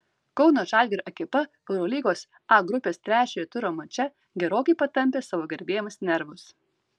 kauno žalgirio ekipa eurolygos a grupės trečiojo turo mače gerokai patampė savo gerbėjams nervus